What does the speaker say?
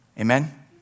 amen